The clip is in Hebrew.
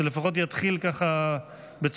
שלפחות יתחיל ב-free style,